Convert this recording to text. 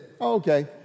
okay